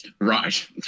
Right